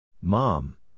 Mom